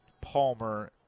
Palmer